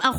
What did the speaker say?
760%